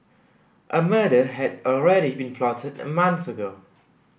a murder had already been plotted a month ago